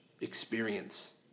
experience –